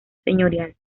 señorial